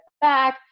back